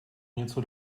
něco